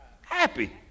happy